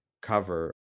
cover